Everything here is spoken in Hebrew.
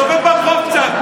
תשאל, תסתובב ברחוב קצת.